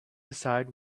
decide